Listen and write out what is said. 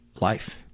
life